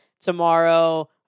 tomorrow